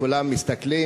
כולם מסתכלים.